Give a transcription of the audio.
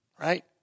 right